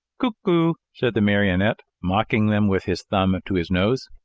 cuck oo! said the marionette, mocking them with his thumb to his nose.